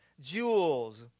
jewels